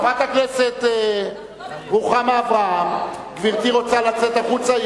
חברת הכנסת רוחמה אברהם, גברתי רוצה לצאת החוצה?